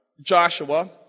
Joshua